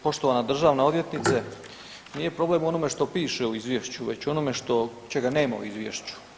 Poštovana državna odvjetnice nije problem u onome što piše u izvješću već u onome što, čega nema u izvješću.